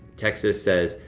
texas says,